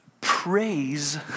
Praise